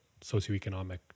socioeconomic